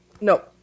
No